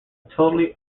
totally